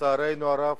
לצערנו הרב,